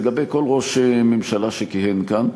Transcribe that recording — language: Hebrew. לגבי כל ראש ממשלה שכיהן כאן.